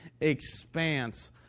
expanse